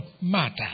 matter